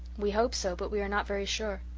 we hope so but we are not very sure.